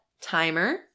timer